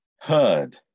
heard